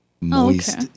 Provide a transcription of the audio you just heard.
Moist